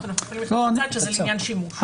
זה לעניין שימוש.